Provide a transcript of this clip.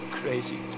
crazy